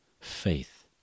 faith